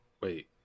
Wait